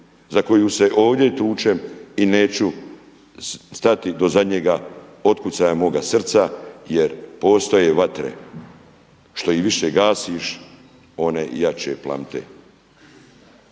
za koju se ovdje tučem i neću stati do zadnjega otkucaja moga srca jer postoje vatre. Što ih više gasiš, one jače plamte.